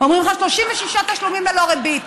אומרים לך: 36 תשלומים ללא ריבית.